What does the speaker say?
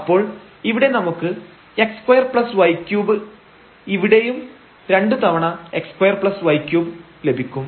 അപ്പോൾ ഇവിടെ നമുക്ക് x2y3 ഇവിടെയും രണ്ടു തവണ x2y3 ലഭിക്കും